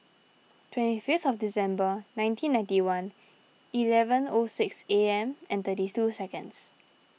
twenty fifth of December nineteen ninety one eleven O six A M and thirty two seconds